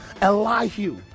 Elihu